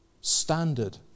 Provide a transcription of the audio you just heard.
standard